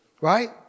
right